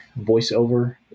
voiceover